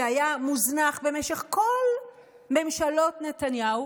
שהיה מוזנח במשך כל ממשלות נתניהו,